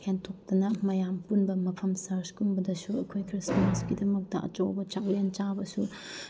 ꯍꯦꯟꯗꯣꯛꯇꯅ ꯃꯌꯥꯝ ꯄꯨꯟꯕ ꯃꯐꯝ ꯆꯔꯆꯀꯨꯝꯕꯗꯁꯨ ꯑꯩꯈꯣꯏ ꯈ꯭ꯔꯤꯁꯃꯥꯁꯀꯤꯗꯃꯛꯇ ꯑꯆꯧꯕ ꯆꯥꯛꯂꯦꯟ ꯆꯥꯕꯁꯨ